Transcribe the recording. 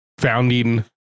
Founding